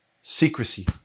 secrecy